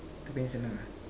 tu paling senang ah